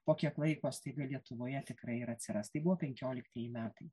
po kiek laiko staiga lietuvoje tikrai ir atsiras tai buvo penkioliktieji metai